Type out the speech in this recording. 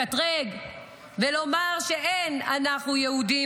לקטרג ולומר שאין אנחנו יהודים,